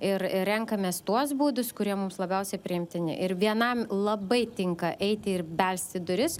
ir ir renkamės tuos būdus kurie mums labiausiai priimtini ir vienam labai tinka eiti ir belsti į duris